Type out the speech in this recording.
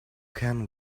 can